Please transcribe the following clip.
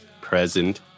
present